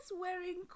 wearing